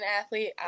athlete